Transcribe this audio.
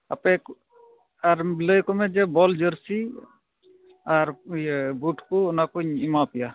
ᱟᱯᱮ ᱟᱨ ᱞᱟᱹᱭᱟᱠᱚ ᱢᱮ ᱡᱮ ᱵᱚᱞ ᱡᱟᱹᱨᱥᱤ ᱟᱨ ᱤᱭᱟᱹ ᱵᱩᱴ ᱠᱚ ᱚᱱᱟᱠᱩᱧ ᱮᱢᱟ ᱯᱮᱭᱟ